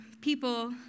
people